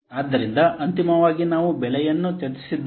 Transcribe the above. ಆದ್ದರಿಂದ ಅಂತಿಮವಾಗಿ ನಾವು ಬೆಲೆಯನ್ನು ಚರ್ಚಿಸಿದ್ದೇವೆ